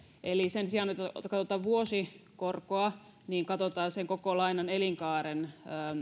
eli sen sijaan että katsotaan vuosikorkoa niin katsotaan sen koko lainan elinkaaren